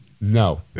No